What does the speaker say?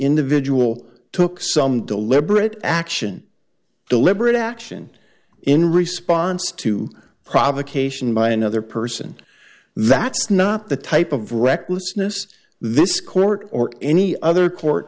individual took some deliberate action deliberate action in response to provocation by another person that's not the type of recklessness this court or any other court